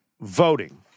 Voting